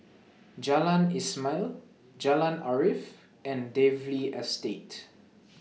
Jalan Ismail Jalan Arif and Dalvey Estate